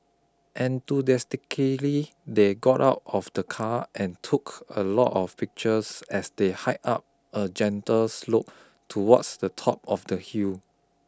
enthusiastically they got out of the car and took a lot of pictures as they hiked up a gentle slope towards the top of the hill